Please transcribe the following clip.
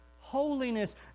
holiness